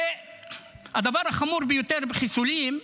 והדבר החמור ביותר בחיסולים,